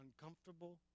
uncomfortable